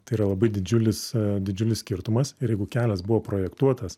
tai yra labai didžiulis didžiulis skirtumas ir jeigu kelias buvo projektuotas